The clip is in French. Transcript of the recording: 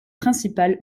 principal